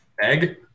Egg